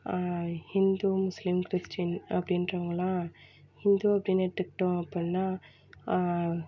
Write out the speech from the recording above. Hindu Muslim Christian அப்படின்றவுங்களாம் ஹிந்து அப்படின்னு எடுத்துக்கிட்டோம் அப்புடினா